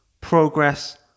progress